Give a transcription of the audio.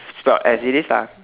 stored as it is lah